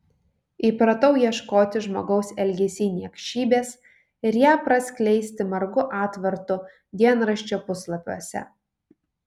įpratau ieškoti žmogaus elgesy niekšybės ir ją praskleisti margu atvartu dienraščio puslapiuose